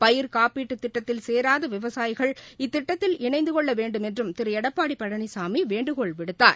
பயிர் காப்பீட்டுத் திட்டத்தில் சேராத விவசாயிகள் இத்திட்டத்தில் இணைந்துகொள்ள வேண்டுமென்றும் திரு எடப்பாடி பழனிசாமி வேண்டுகோள் விடுத்தார்